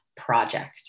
project